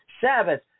Sabbath